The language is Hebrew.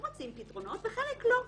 מוצאים פתרונות וחלק לא.